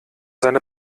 seine